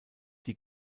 die